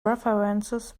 references